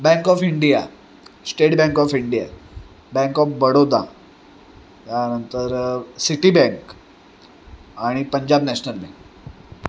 bank of India state bank of India bank of Baroda त्यानंतर Citibank आणि Punjab national bank